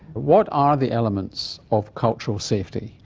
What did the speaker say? what are the elements of cultural safety?